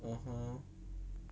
(uh huh)